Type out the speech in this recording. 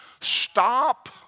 Stop